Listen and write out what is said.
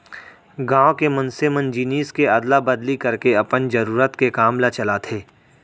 गाँव के मनसे मन जिनिस के अदला बदली करके अपन जरुरत के काम ल चलाथे